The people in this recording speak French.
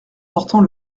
portant